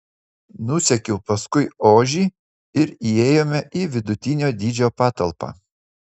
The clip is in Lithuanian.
nusekiau paskui ožį ir įėjome į vidutinio dydžio patalpą